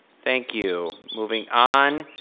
thank you, moving on.